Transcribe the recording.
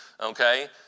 Okay